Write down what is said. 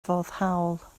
foddhaol